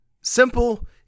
simple